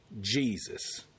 Jesus